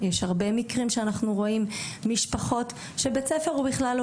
ישנם הרבה מאוד מקרים שאנחנו רואים משפחות שבית ספר הוא בכלל לא